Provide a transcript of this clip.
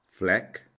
Fleck